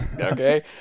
okay